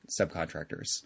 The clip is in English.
subcontractors